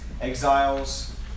Exiles